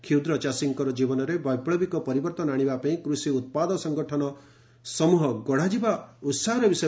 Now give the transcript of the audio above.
କ୍ଷୁଦ୍ରଚାଷୀଙ୍କର ଜୀବନରେ ବୈପୁବିକ ପରିବର୍ତ୍ତନ ଆଶିବା ପାଇଁ କୃଷି ଉତ୍ପାଦ ସଂଗଠନ ସମ୍ବହ ଗଢ଼ାଯିବା ଉସାହର ବିଷୟ